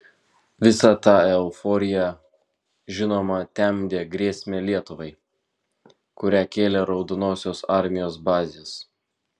visą tą euforiją žinoma temdė grėsmė lietuvai kurią kėlė raudonosios armijos bazės